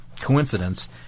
coincidence